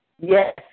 Yes